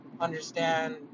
understand